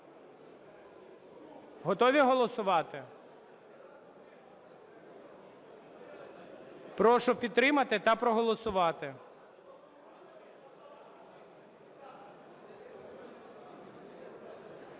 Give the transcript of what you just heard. Готові голосувати? Прошу підтримати та проголосувати.